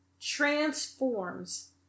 transforms